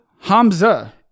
hamza